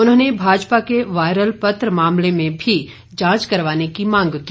उन्होंने भाजपा के वायरल पत्र मामले में भी जांच करवाने की मांग की